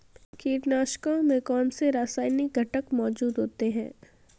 कीटनाशकों में कौनसे रासायनिक घटक मौजूद होते हैं?